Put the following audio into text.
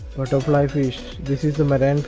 sort of like fish this is the